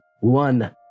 one